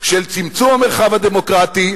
של צמצום המרחב הדמוקרטי,